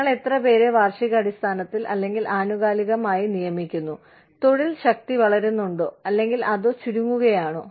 ഞങ്ങൾ എത്ര പേരെ വാർഷികാടിസ്ഥാനത്തിൽ അല്ലെങ്കിൽ ആനുകാലികമായി നിയമിക്കുന്നു തൊഴിൽ ശക്തി വളരുന്നുണ്ടോ അല്ലെങ്കിൽ അതോ ചുരുങ്ങുകയാണോ